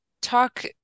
talk